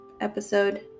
episode